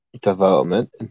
development